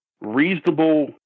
reasonable